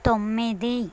తొమ్మిది